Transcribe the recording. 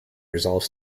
resolves